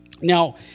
Now